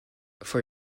for